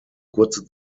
kurze